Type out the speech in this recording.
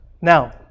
Now